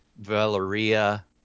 Valeria